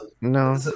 No